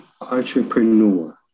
entrepreneur